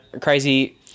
crazy